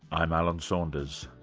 i'm alan saunders.